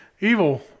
evil